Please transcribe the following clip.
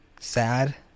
Sad